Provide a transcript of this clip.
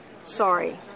Sorry